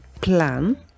plan